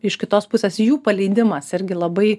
iš kitos pusės jų paleidimas irgi labai